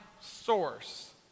source